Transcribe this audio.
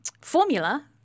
formula